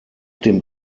dem